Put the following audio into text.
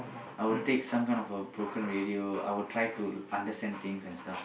I'd take some kind of a broken radio I'd try to understand things and stuff